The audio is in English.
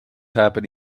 happen